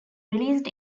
released